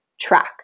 track